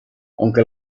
aunque